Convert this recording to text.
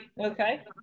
okay